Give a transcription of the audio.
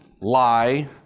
lie